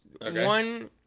One